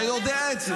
אתה יודע את זה.